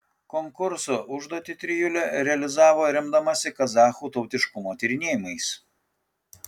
konkurso užduotį trijulė realizavo remdamasi kazachų tautiškumo tyrinėjimais